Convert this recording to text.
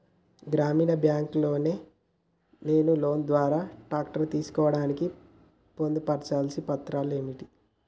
గ్రామీణ బ్యాంక్ లో నేను లోన్ ద్వారా ట్రాక్టర్ తీసుకోవడానికి పొందు పర్చాల్సిన పత్రాలు ఏంటివి?